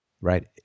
Right